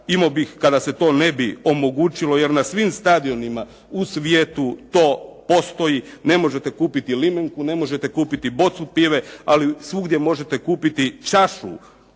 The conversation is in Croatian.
Imao bih kada se to ne bi omogućilo, jer na svim stadionima u svijetu to postoji. Ne možete kupiti limenku, ne možete kupiti bocu pive. Ali svugdje možete kupiti čašu,